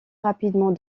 rapidement